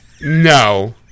No